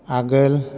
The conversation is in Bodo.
आगोल